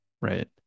right